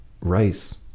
rice